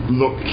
look